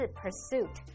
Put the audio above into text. pursuit